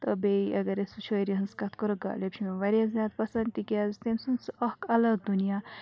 تہٕ بیٚیہِ اگر أسۍ وٕ شٲعری ہِنٛز کَتھ کَرو غالب چھِ مےٚ واریاہ زیادٕ پَسنٛد تِکیٛازِ تٔمۍ سُنٛد سُہ اَکھ الگ دُنیا